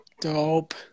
Dope